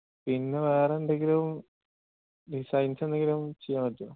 പിന്നെ വേറെന്തെങ്കിലും ഡിസൈൻസെന്തെങ്കിലും ചെയ്യാൻ പറ്റുമോ